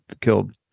killed